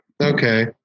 Okay